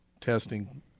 testing